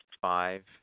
Five